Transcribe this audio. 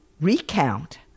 recount